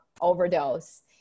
overdose